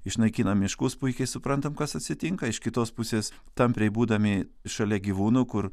išnaikinam miškus puikiai suprantam kas atsitinka iš kitos pusės tampriai būdami šalia gyvūnų kur